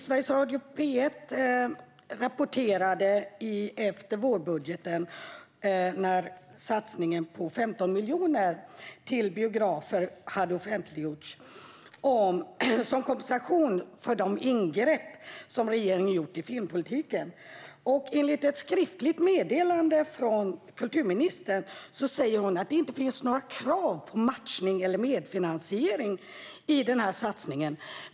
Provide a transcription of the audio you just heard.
Sveriges Radio P1 rapporterade - efter det att satsningen i vårbudgeten på 15 miljoner till biografer hade offentliggjorts - att det var kompensation för de ingrepp som regeringen hade gjort i filmpolitiken. I ett skriftligt meddelande från kulturministern säger hon att det inte finns några krav på matchning eller medfinansiering i denna satsning.